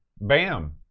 Bam